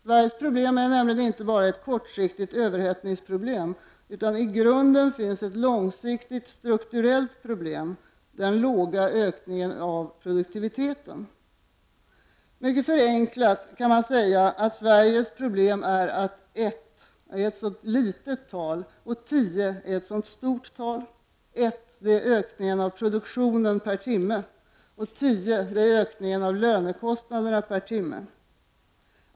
Sveriges problem är nämligen inte bara ett kortsiktigt överhettninsgproblem, utan i grunden finns det ett långsiktigt strukturellt problem — den låga ökningen av produktiviteten. Mycket förenklat kan man säga att Sveriges problem är att ”ett” är ett så litet tal och att ”tio” är ett så stort tal. ”Ett” är ökningen av produktionen per timme och ”tio” är ökningen av lönekostnaderna per timme.